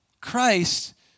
Christ